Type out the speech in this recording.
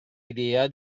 idea